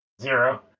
Zero